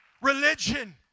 Religion